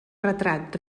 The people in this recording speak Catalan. retrat